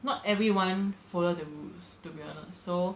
not everyone follow the rules to be honest so